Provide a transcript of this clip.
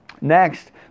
next